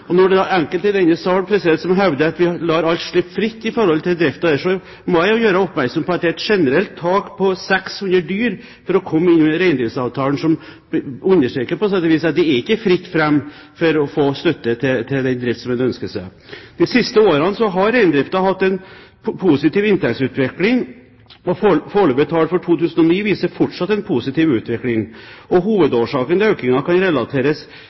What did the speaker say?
Og når det da er enkelte i denne sal som hevder at vi slipper alt fritt i forhold til driften, så må jeg gjøre oppmerksom på at det er et generelt tak på 600 dyr for å komme innunder reindriftsavtalen, som på sett og vis understreker at det ikke er fritt fram for å få støtte til den driften en ønsker seg. De siste årene har reindriften hatt en positiv inntektsutvikling, og foreløpige tall for 2009 viser en fortsatt positiv utvikling. Hovedårsaken til økningen kan relateres